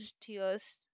tears